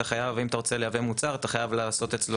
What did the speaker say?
אתה חייב אם אתה רוצה לייבא מוצר אתה חייב לעשות אצלו